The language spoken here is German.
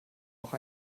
auch